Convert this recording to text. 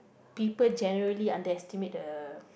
people generally underestimate the